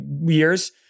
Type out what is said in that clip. years